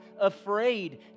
afraid